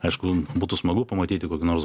aišku būtų smagu pamatyti kokį nors